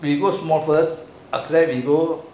we work small first after that we